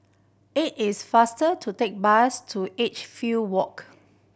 it is faster to take bus to Edgefield Walk